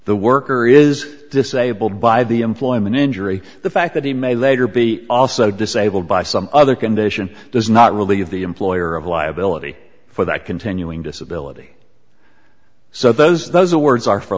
the worker is disabled by the employment injury the fact that he may later be also disabled by some other condition does not relieve the employer of liability for that continuing disability so those those awards are for